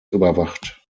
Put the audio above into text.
überwacht